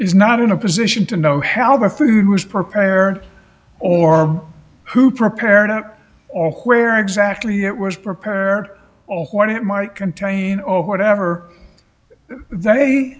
is not in a position to know how the thing was prepared or who prepared up or where exactly it was prepared to what it might contain or whatever they